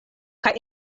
kaj